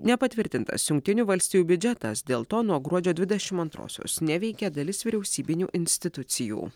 nepatvirtintas jungtinių valstijų biudžetas dėl to nuo gruodžio dvidešim antrosiosios neveikė dalis vyriausybinių institucijų